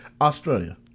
Australia